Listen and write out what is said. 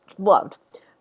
loved